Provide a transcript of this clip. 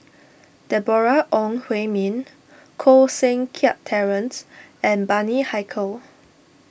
Deborah Ong Hui Min Koh Seng Kiat Terence and Bani Haykal